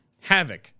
Havoc